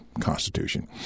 Constitution